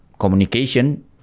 communication